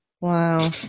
Wow